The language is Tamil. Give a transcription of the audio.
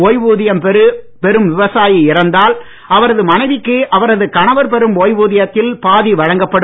ஓய்வூதியம் பெறும் விவசாயி இறந்தால் அவரது மனைவிக்கு அவரது கணவர் பெறும் ஓய்வூதியத்தில் பாதி வழங்கப்படும்